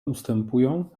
ustępują